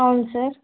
అవును సార్